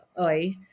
Oi